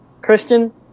Christian